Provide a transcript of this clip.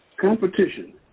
Competition